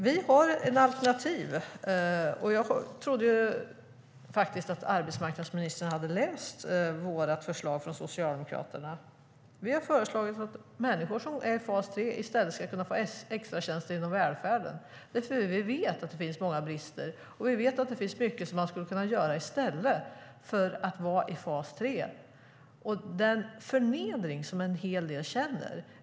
Vi har ett alternativ. Jag trodde att arbetsmarknadsministern hade läst Socialdemokraternas förslag. Vi har föreslagit att människor som är i fas 3 i stället ska kunna få extratjänster inom välfärden. Vi vet att det finns många brister, och vi vet att det finns mycket som man skulle kunna göra i stället för att vara i fas 3. Det handlar om den förnedring som en hel del känner.